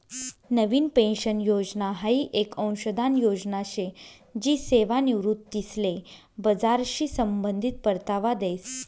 नवीन pension योजना हाई येक अंशदान योजना शे जी सेवानिवृत्तीसले बजारशी संबंधित परतावा देस